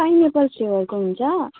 पाइन Apple फ्लेभरको हुन्छ